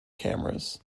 cameras